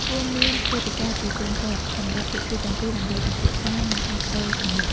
គួរមានវេទិកាជាទៀងទាត់សម្រាប់ភាគីទាំងពីរដើម្បីពិភាក្សា និងផ្លាស់ប្តូរគំនិត។